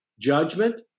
judgment